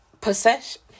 possession